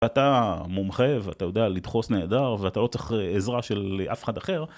אתה מומחה ואתה יודע לדחוס נהדר ואתה לא צריך עזרה של אף אחד אחר.